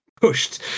pushed